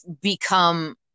become